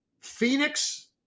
Phoenix